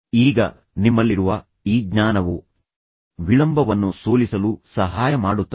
ಈಗ ನಿಮ್ಮಲ್ಲಿರುವ ಈ ಜ್ಞಾನವು ವಿಳಂಬವನ್ನು ಸೋಲಿಸಲು ಸಹಾಯ ಮಾಡುತ್ತದೆ